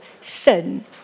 sin